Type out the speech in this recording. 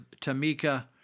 Tamika